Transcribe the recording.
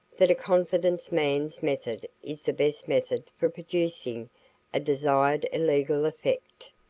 that a confidence man's method is the best method for producing a desired illegal effect.